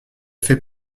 fait